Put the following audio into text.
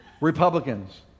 Republicans